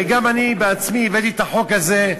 הרי גם אני בעצמי הבאתי את החוק הזה,